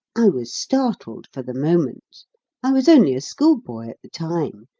i was startled for the moment i was only a schoolboy at the time,